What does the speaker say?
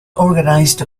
organized